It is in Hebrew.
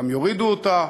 הם גם יורידו אותה,